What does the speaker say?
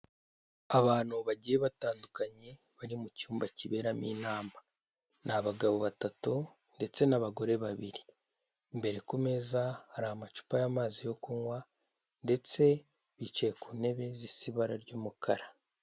Abantu bagiye batandukanye bari mu cyumba kiberamo inama, ni abagabo batatu ndetse n'abagore babiri, imbere ku meza hari amacupa y'amazi yo kunywa ndetse bicaye ku ntebe zisa ibara ry'umukara.